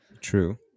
True